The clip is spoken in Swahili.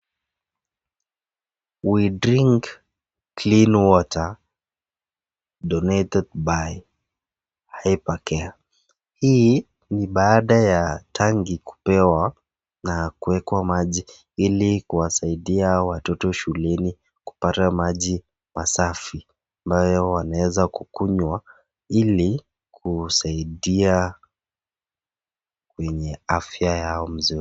We drink clean water donated by hypercare hii ni baada ya tangi kupewa na kuekwa maji ili kuwasaidia watoto shuleni kupata maji masafi ambayo wanaweza kukunywa ili kusaidia kwenye afya yao mzuri.